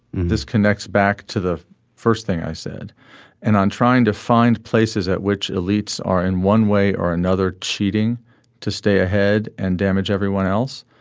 this connects back to the first thing i said and i'm trying to find places at which elites are in one way or another cheating to stay ahead and damage everyone else.